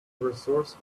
resource